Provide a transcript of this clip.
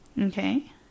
Okay